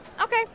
Okay